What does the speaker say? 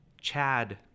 Chad